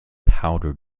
powder